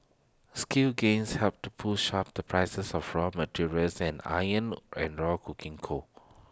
skill gains helped push up the prices of raw materials and iron ore and ore coking coal